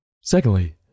Secondly